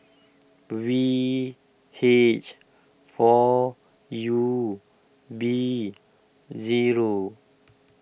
V H four U B zero